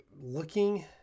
looking